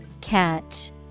Catch